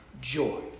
joy